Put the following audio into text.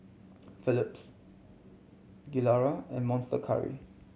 Philips Gilera and Monster Curry